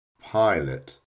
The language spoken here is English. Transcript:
Pilot